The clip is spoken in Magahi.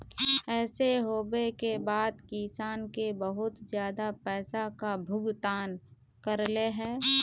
ऐसे होबे के बाद किसान के बहुत ज्यादा पैसा का भुगतान करले है?